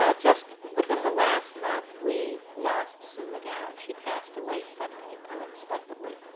um just within the last month we lost sue mcgowan. she passed away suddenly, unexpectedly.